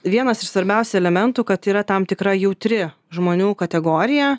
vienas iš svarbiausių elementų kad yra tam tikra jautri žmonių kategorija